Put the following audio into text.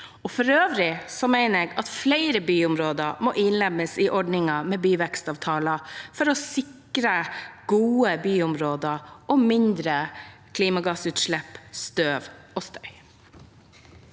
For øvrig mener jeg at flere byområder må innlemmes i ordningen med byvekstavtaler, for å sikre gode byområder og mindre klimagassutslipp, støv og støy.